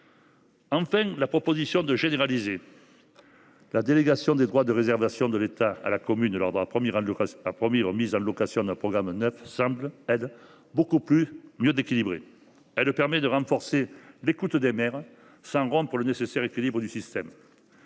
La proposition de généraliser la délégation des droits de réservation de l’État à la commune lors de la première mise en location d’un programme neuf semble, quant à elle, plus équilibrée. Elle permet de renforcer l’écoute des maires sans rompre le nécessaire équilibre du système.